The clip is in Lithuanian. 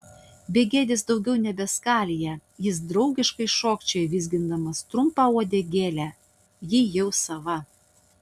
begėdis daugiau nebeskalija jis draugiškai šokčioja vizgindamas trumpą uodegėlę ji jau sava